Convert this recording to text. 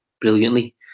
brilliantly